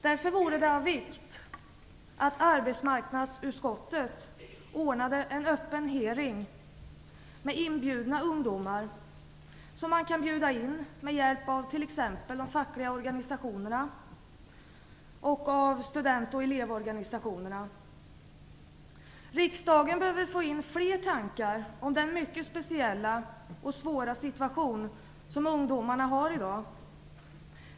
Därför vore det av vikt att arbetsmarknadsutskottet ordnade en öppen hearing och till denna bjöd in ungdomar t.ex. med hjälp av de fackliga organisationerna och av student och elevorganisationerna. Riksdagen behöver få in fler tankar om den mycket speciella och svåra situation som ungdomarna har i dag.